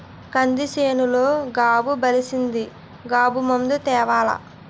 కంది సేనులో గాబు బలిసీసింది గాబు మందు తేవాల